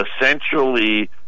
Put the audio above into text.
essentially